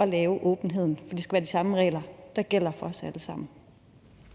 at lave åbenheden, for det skal være de samme regler, der gælder for os alle sammen.